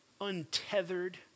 untethered